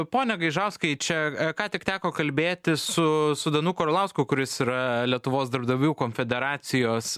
pone gaižauskai čia ką tik teko kalbėtis su su danuku arlausku kuris yra lietuvos darbdavių konfederacijos